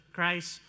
Christ